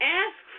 ask